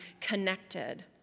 connected